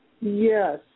Yes